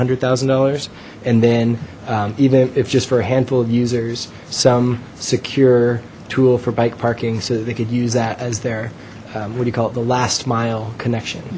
hundred thousand dollars and then even if just for a handful of users some secure tool for bike parking so that they could use that as their what do you call it the last mile connection